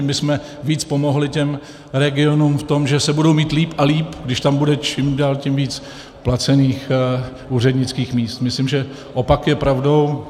Že tím bychom víc pomohli těm regionům v tom, že se budou mít líp a líp, když tam bude čím dál tím víc placených úřednických míst, myslím, že opak je pravdou.